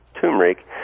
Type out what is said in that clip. turmeric